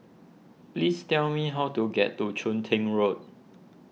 please tell me how to get to Chun Tin Road